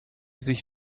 sich